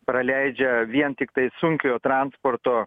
praleidžia vien tiktai sunkiojo transporto